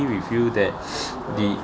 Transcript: with you that the